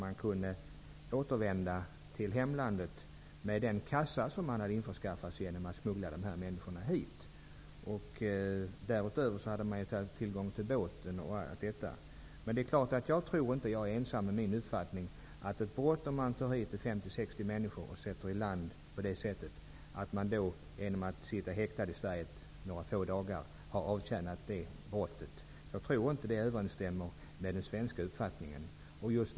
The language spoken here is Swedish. Man kunde återvända till hemlandet med den kassa som införskaffats genom att smuggla människor hit, och därutöver hade man tillgång till båt, osv. Jag tror inte att jag är ensam i min uppfattning. Att man genom att sitta häktad i Sverige några få dagar skulle ha avtjänat straffet för brottet att ta hit 50-- 60 människor och sätta dem i land på det här sättet kan inte överensstämma med det svenska folkets uppfattning.